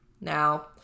Now